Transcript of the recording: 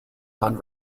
fund